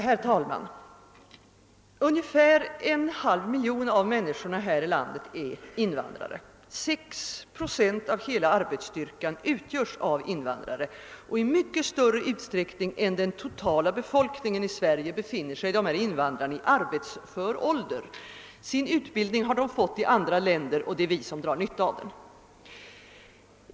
Herr talman! Ungefär en halv miljon av människorna här i landet är invandrare. 6 procent av hela arbetsstyrkan utgörs av invandrare. I mycket större utsträckning än den totala befolkningen i Sverige befinner sig invandrarna i arbetsför ålder. Sin utbildning har de fått 1 andra länder, och det är vi som drar nytta av den.